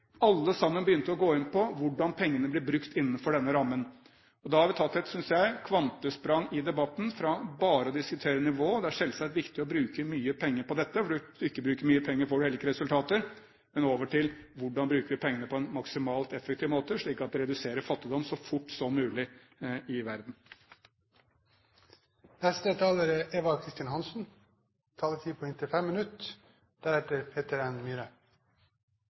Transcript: Alle sammen begynte å gå inn på hvordan pengene skulle brukes innenfor denne rammen. Da har vi tatt, synes jeg, et kvantesprang i debatten, fra bare å diskutere nivået – det er selvsagt viktig å bruke mye penger på dette, for hvis man ikke bruker mye penger, får man heller ikke resultater – til hvordan man bruker pengene på en maksimalt effektiv måte, slik at de reduserer fattigdommen i verden så fort som mulig.